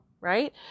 Right